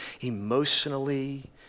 emotionally